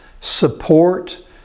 support